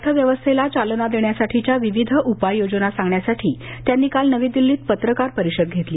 अर्थव्यवस्थेला चालना देण्यासाठीच्या विविध उपाययोजना सांगण्यासाठी त्यांनी काल नवी दिल्लीत पत्रकार परिषद घेतली